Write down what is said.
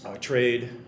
Trade